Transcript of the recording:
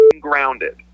grounded